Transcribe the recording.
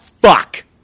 fuck